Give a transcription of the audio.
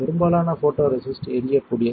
பெரும்பாலான போட்டோரெசிஸ்ட் எரியக்கூடியது